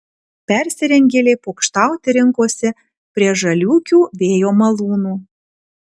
persirengėliai pokštauti rinkosi prie žaliūkių vėjo malūno